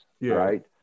right